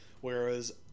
Whereas